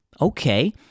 okay